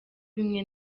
bimwe